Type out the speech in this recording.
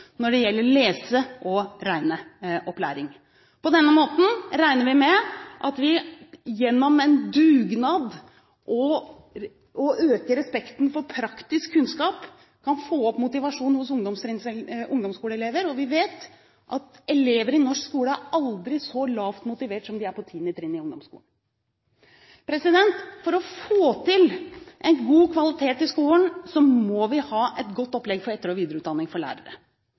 når det gjelder lese- og regneopplæring. På denne måten regner vi med at vi gjennom en dugnad for å øke respekten for praktisk kunnskap kan få opp motivasjonen hos ungdomsskoleelever. Vi vet at elever i norsk skole aldri er så lavt motivert som de er på tiende trinn i ungdomsskolen. For å få til en god kvalitet i skolen må vi ha et godt opplegg for etter- og videreutdanning av lærere. La meg si det sånn: Vi skal være litt takknemlig for